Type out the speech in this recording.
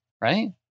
right